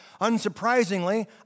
unsurprisingly